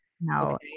No